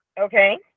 Okay